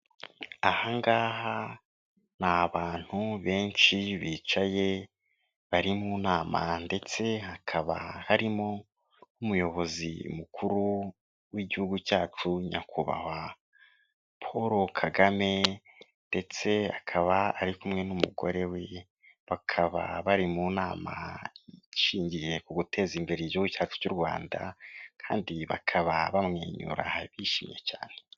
Ahangaha ni abantu benshi bicaye bari mu nama ndetse hakaba harimo nk'umuyobozi mukuru w'igihugu cyacu nyakubahwa Paul Kagame ndetse akaba ari kumwe n'umugore we bakaba bari mu nama ishingiye ku guteza imbere igihugu cyacu cy'u Rwanda kandi bakaba bamwenyura bishimye cyane.